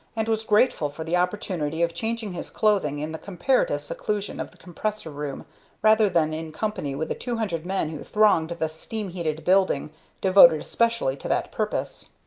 and was grateful for the opportunity of changing his clothing in the comparative seclusion of the compressor-room rather than in company with the two hundred men who thronged the steam-heated building devoted especially to that purpose.